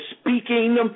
speaking